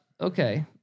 Okay